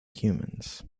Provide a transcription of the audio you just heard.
humans